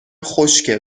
خشکه